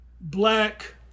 black